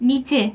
নিচে